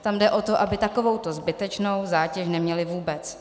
Tam jde o to, aby takovouto zbytečnou zátěž neměli vůbec.